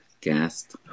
cast